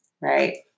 right